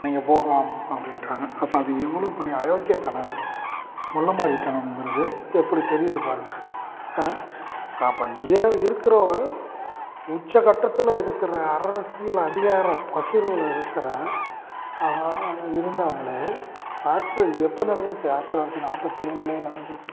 நீங்கள் போகலாம் அப்படின்ட்டாங்க அப்போ அது எவ்வளோ பெரிய அயோக்கியத்தனம் முள்ளமாரித்தனங்குறது எப்படி தெரியுது பாருங்க அப்போ ஏ இருக்கிற உச்சக்கட்டத்தில் இருக்கிற அரசியல் அதிகார பகிர்வில் இருக்கிற இருந்தவங்களே ஆத்து எப்போ நடந்துச்சு ஆயிரத்தி தொள்ளாயிரத்தி நாற்பத்தி ஏழுலேயே நடந்துச்சு